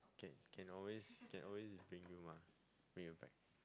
can can can always can always bring you mah